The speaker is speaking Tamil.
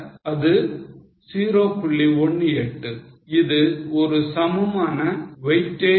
18 இது ஒரு சமமான weightage 1 is to 1 is to 1